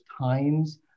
times